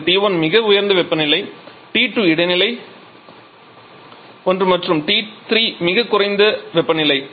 அங்கு T1 மிக உயர்ந்த வெப்பநிலை T2 இடைநிலை ஒன்று மற்றும் T3 மிகக் குறைந்த வெப்பநிலை